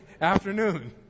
afternoon